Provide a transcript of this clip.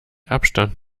abstand